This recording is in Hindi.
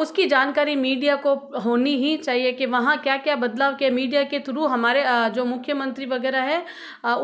उसकी जानकारी मीडिया को होनी ही चाहिए की वहाँ क्या क्या बदलाव किया मेडिया के थ्रू हमारे जो मुख्यमंत्री वगैरह हैं